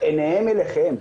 עיניהם אליכם.